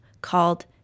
called